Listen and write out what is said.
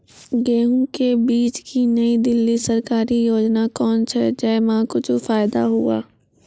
गेहूँ के बीज की नई दिल्ली सरकारी योजना कोन छ जय मां कुछ फायदा हुआ?